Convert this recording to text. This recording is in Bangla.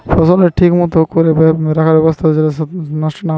ফসলকে ঠিক মতো কোরে বাখারে রাখা হচ্ছে যাতে সেটা নষ্ট না হয়ে যায়